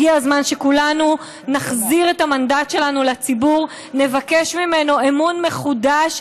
הגיע הזמן שכולנו נחזיר את המנדט שלנו לציבור ונבקש ממנו אמון מחודש,